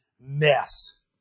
mess